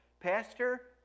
Pastor